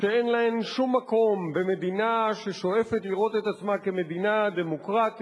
שאין להן שום מקום במדינה ששואפת לראות את עצמה כמדינה דמוקרטית,